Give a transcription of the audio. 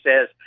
says